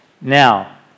Now